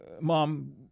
Mom